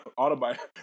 Autobiography